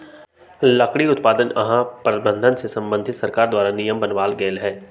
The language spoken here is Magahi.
लकड़ी उत्पादन आऽ प्रबंधन से संबंधित सरकार द्वारा नियम बनाएल गेल हइ